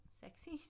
sexy